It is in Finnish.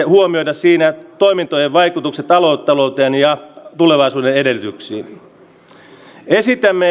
huomioida toimintojen vaikutukset aluetalouteen ja tulevaisuuden edellytyksiin esitämme